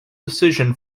decision